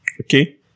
Okay